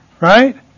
Right